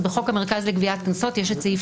אז בחוק המרכז לגביית קנסות יש סעיף